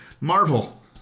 Marvel